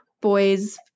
boys